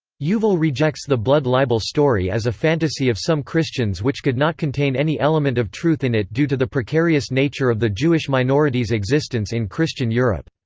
yuval rejects the blood libel story as a fantasy of some christians which could not contain any element of truth in it due to the precarious nature of the jewish minority's existence in christian europe.